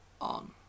on